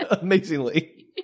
Amazingly